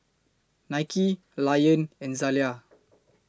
Nike Lion and Zalia